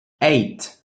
eight